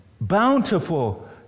bountiful